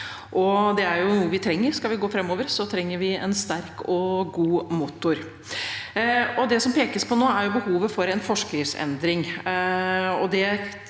Det er noe vi trenger – skal vi gå framover, trenger vi en sterk og god motor. Det som pekes på nå, er behovet for en forskriftsendring.